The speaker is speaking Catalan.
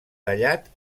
tallat